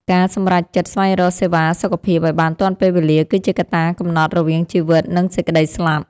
ការសម្រេចចិត្តស្វែងរកសេវាសុខភាពឱ្យបានទាន់ពេលវេលា គឺជាកត្តាកំណត់រវាងជីវិត និងសេចក្តីស្លាប់។